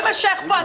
לא יימשך פה הדיון.